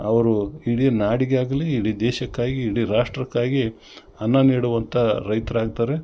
ಅವ್ರು ಇಡೀ ನಾಡಿಗೆ ಆಗಲಿ ಇಡೀ ದೇಶಕ್ಕಾಗಿ ಇಡೀ ರಾಷ್ಟ್ರಕ್ಕಾಗಿ ಅನ್ನ ನೀಡುವಂಥ ರೈತರು ಆಗ್ತಾರೆ